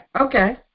Okay